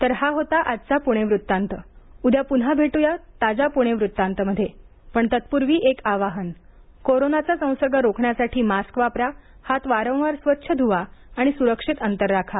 तर हा होता आजचा पुणे वृत्तांत उद्या पुन्हा भेटू ताज्या पुणे वृत्तांत मध्ये पण तत्पूर्वी एक आवाहन कोरोनाचा संसर्ग रोखण्यासाठी मास्क वापरा हात वारंवार स्वच्छ धुवा आणि सुरक्षित अंतर राखा